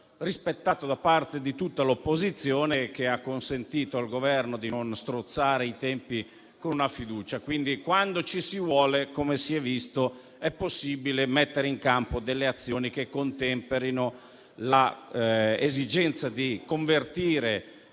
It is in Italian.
rispettato da parte di tutta l'opposizione, che ha consentito al Governo di non strozzare i tempi con una fiducia. Quando si vuole, quindi, come si è visto, è possibile mettere in campo delle azioni che contemperino l'esigenza di convertire